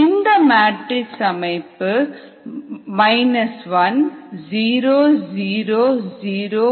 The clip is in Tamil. இதன் மேட்ரிக்ஸ் அமைப்பு 100010001